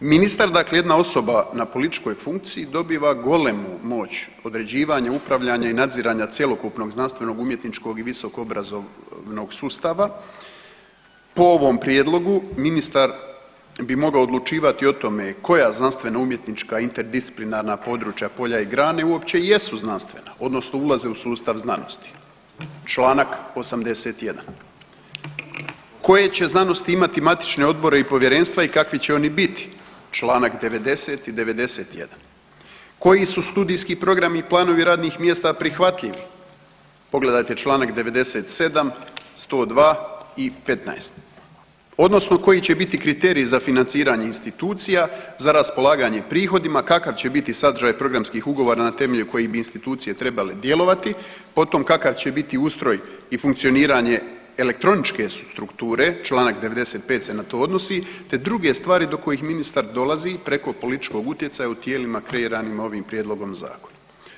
Ministar, dakle jedna osoba na političkoj funkciji dobiva golemu moć određivanja, upravljanja i nadziranja cjelokupnog znanstvenog, umjetničkog i visokoobrazovnog sustava po ovom prijedlogu ministar bi mogao odlučivati o tome koja znanstveno-umjetnička, interdisciplinarna područja polja i grane uopće i jesu znanstvena odnosno ulaze u sustav znanosti čl. 81., koje će znanosti imati matične odbore i povjerenstva i kakvi će oni biti, čl. 90. i 91., koji su studijski programi i planovi radnih mjesta prihvatljivi, pogledajte čl. 97., 102. i 15. odnosno koji će biti kriteriji za financiranje institucija, za raspolaganje prihodima, kakav će biti sadržaj programskih ugovora na temelju kojih bi institucije trebale djelovati, potom kakav će biti ustroj i funkcioniranje elektroničke strukture čl. 95. se na to odnosi te druge stvari do kojih ministar dolazi preko političkog utjecaja u tijelima kreiranim ovim prijedlogom zakona.